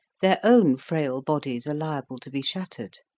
their own frail bodies are liable to be shattered.